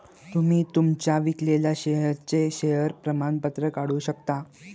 तुम्ही तुमच्या विकलेल्या शेअर्सचे शेअर प्रमाणपत्र काढू शकता